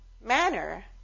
manner